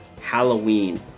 Halloween